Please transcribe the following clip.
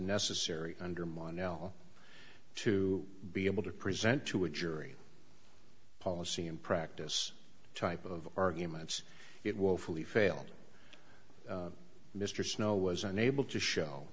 necessary under mon el to be able to present to a jury policy and practice type of arguments it will fully fail mr snow was unable to show